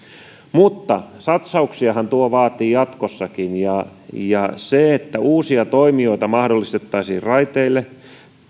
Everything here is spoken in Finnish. mutta satsauksiahan tuo vaatii jatkossakin ja ja se että uusia toimijoita mahdollistettaisiin raiteille